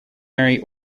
mary